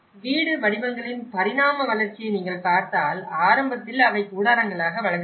வீடு வடிவங்களின் பரிணாம வளர்ச்சியை நீங்கள் பார்த்தால் ஆரம்பத்தில் அவை கூடாரங்களாக வழங்கப்பட்டன